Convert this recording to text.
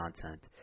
content